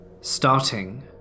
starting